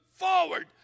forward